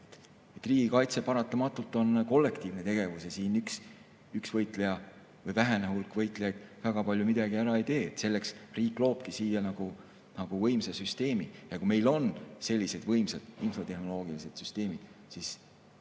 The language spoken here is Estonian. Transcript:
Riigikaitse on paratamatult kollektiivne tegevus ja siin üks võitleja või vähene hulk võitlejaid väga palju midagi ära ei tee. Selleks riik loobki nagu võimsa süsteemi ja kui meil on sellised võimsad infotehnoloogilised süsteemid, siis me